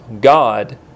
God